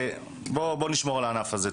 בואו נשמור על הענף הזה.